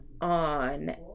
on